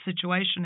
situation